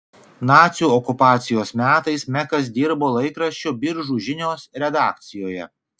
nacių okupacijos metais mekas dirbo laikraščio biržų žinios redakcijoje